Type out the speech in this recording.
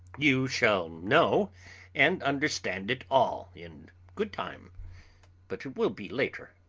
you shall know and understand it all in good time but it will be later.